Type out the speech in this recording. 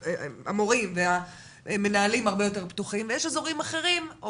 המורים והמנהלים הרבה יותר פתוחים ויש אזורים אחרים או